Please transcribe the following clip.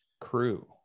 crew